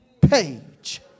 page